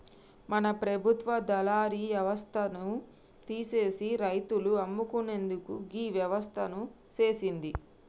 మన ప్రభుత్వ దళారి యవస్థను తీసిసి రైతులు అమ్ముకునేందుకు గీ వ్యవస్థను సేసింది